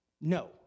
No